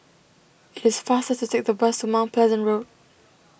it is faster to take the bus to Mount Pleasant Road